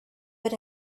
but